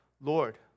Lord